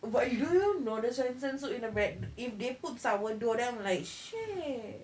but do you know the swensen soup in the bread if they put sourdough then I'm like shit